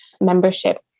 membership